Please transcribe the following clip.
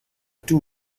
two